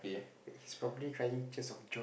he's probably crying tears of joy